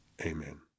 Amen